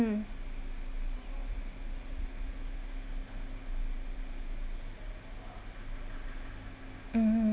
mm